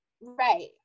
right